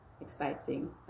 exciting